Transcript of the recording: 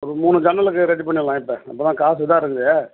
ஒரு மூணு ஜன்னலுக்கு ரெடி பண்ணிரலாம் இப்போ அப்புறம் காசு இதான் இருக்கு